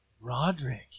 roderick